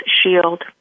shield